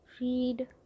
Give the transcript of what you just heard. read